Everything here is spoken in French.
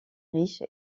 riche